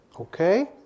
okay